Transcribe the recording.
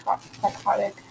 psychotic